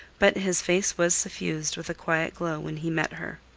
but his face was suffused with a quiet glow when he met her.